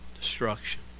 destruction